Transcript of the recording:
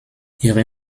ihre